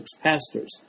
pastors